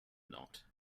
not